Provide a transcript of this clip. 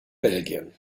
belgien